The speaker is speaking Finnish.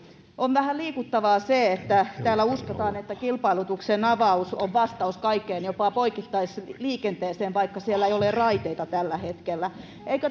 on vähän liikuttavaa se että täällä uskotaan että kilpailutuksen avaus on vastaus kaikkeen jopa poikittaisliikenteeseen vaikka siellä ei ole raiteita tällä hetkellä eikö